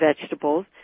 vegetables